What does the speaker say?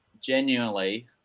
genuinely